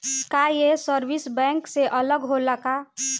का ये service bank से अलग होला का?